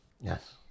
yes